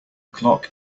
clock